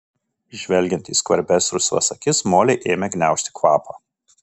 žvelgiant į skvarbias rusvas akis molei ėmė gniaužti kvapą